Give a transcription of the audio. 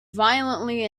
violently